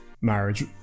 marriage